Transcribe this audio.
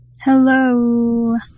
Hello